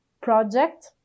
project